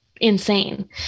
insane